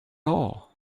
all